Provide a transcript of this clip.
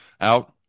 out